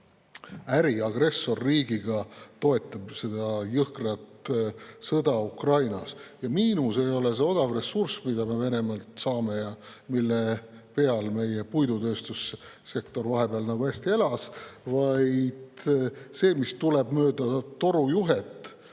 äri agressorriigiga toetab seda jõhkrat sõda Ukrainas. Ja miinus ei ole see odav ressurss, mida me Venemaalt saame ja mille peal meie puidutööstussektor vahepeal nagu hästi elas, vaid see, mis tuleb mööda torujuhet